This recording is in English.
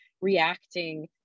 reacting